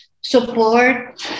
support